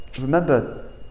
remember